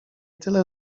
tyle